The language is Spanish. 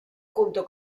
junto